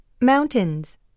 Mountains